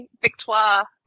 Victoire